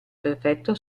perfetto